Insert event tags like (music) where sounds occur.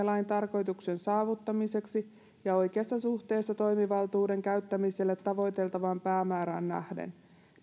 (unintelligible) lain tarkoituksen saavuttamiseksi ja oikeassa suhteessa toimivaltuuden käyttämiselle tavoiteltavaan päämäärään nähden